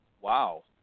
Wow